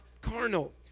carnal